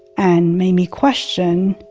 and made me question,